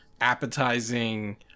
appetizing